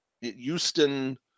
Houston